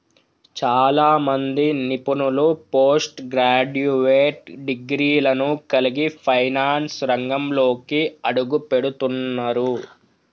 చాలా మంది నిపుణులు పోస్ట్ గ్రాడ్యుయేట్ డిగ్రీలను కలిగి ఫైనాన్స్ రంగంలోకి అడుగుపెడుతున్నరు